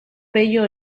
pello